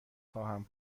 خواهم